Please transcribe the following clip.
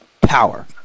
Power